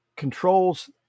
controls